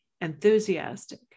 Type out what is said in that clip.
enthusiastic